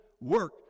work